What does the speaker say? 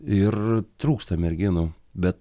ir trūksta merginų bet